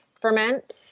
ferment